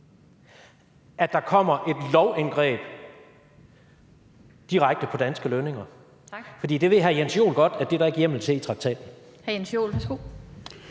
at der kommer et lovindgreb direkte på danske lønninger, for det ved hr. Jens Joel godt at der ikke er hjemmel til i traktaten.